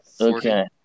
Okay